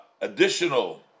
Additional